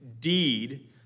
deed